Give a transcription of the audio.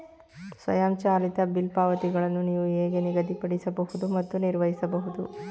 ಸ್ವಯಂಚಾಲಿತ ಬಿಲ್ ಪಾವತಿಗಳನ್ನು ನೀವು ಹೇಗೆ ನಿಗದಿಪಡಿಸಬಹುದು ಮತ್ತು ನಿರ್ವಹಿಸಬಹುದು?